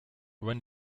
when